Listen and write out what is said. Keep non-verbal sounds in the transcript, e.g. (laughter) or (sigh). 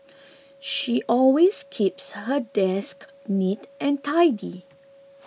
(noise) she always keeps her desk neat and tidy